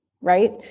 right